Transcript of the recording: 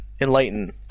Enlighten